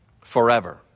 forever